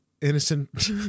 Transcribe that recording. innocent